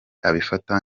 abifata